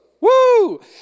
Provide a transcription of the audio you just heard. Woo